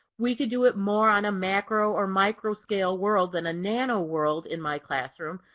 we could do it more on a macro or micro scale world than a nano world in my classroom,